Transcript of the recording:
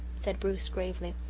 said bruce gravely.